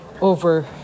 over